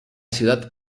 ciudad